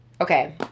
okay